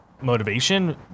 motivation